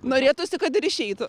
norėtųsi kad ir išeitų